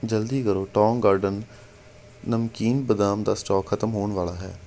ਜਲਦੀ ਕਰੋ Tong Garden namkeen ਬਦਾਮ ਦਾ ਸਟਾਕ ਖਤਮ ਹੋਣ ਵਾਲਾ ਹੈ